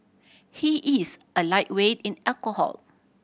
he is a lightweight in alcohol